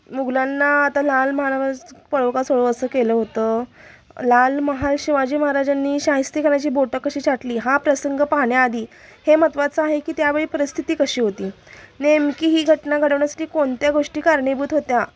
मुगलांना आता लाल महा पळो का सळो असं केलं होतं लाल महाल शिवाजी महाराजांनी शाहिस्तेखानाची बोटं कशी छाटली हा प्रसंग पाहण्याआधी हे महत्त्वाचं आहे की त्या वेळी परिस्थिती कशी होती नेमकी ही घटना घडवण्यासाठी कोणत्या गोष्टी कारणीभूत होत्या